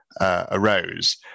arose